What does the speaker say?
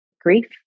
grief